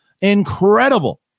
incredible